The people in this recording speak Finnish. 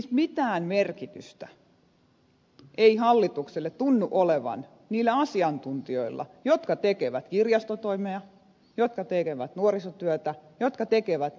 siis mitään merkitystä ei hallitukselle tunnu olevan niillä asiantuntijoilla jotka tekevät kirjastotoimea jotka tekevät nuorisotyötä jotka tekevät liikuntaa